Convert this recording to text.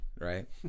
right